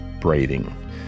breathing